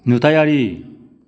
नुथायारि